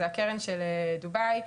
זו הקרן של דובאי,